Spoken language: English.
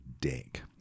dick